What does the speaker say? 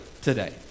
today